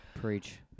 preach